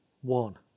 one